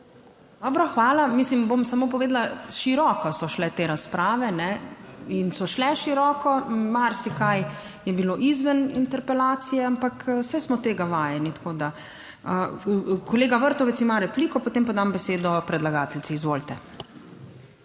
Dobro, hvala. Mislim, bom samo povedala široko, so šle te razprave in so šle široko, marsikaj je bilo izven interpelacije, ampak saj smo tega vajeni. Tako da... Kolega Vrtovec ima repliko, potem pa dam besedo predlagateljici. Izvolite.